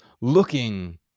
looking